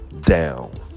down